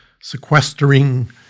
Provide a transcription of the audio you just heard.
sequestering